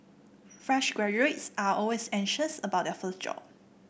fresh graduates are always anxious about their first job